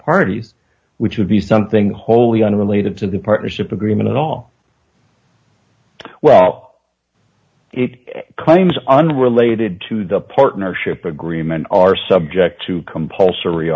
party which would be something wholly unrelated to the partnership agreement at all well it claims unrelated to the partnership agreement are subject to compulsory